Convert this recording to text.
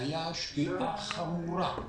זו הייתה שגיאה חמורה.